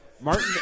Martin